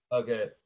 okay